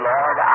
Lord